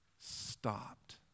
stopped